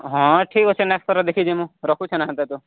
ହଁ ଠିକ୍ ଅଛି ନେକ୍ସ୍ଟ୍ ଥର ଦେଖି ଜିମୁ ରଖୁଛି ନା ହେନ୍ତା ତ